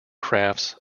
crafts